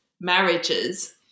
marriages